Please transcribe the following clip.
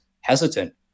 hesitant